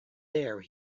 there